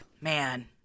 Man